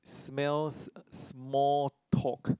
smells uh small talk